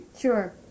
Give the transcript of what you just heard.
Sure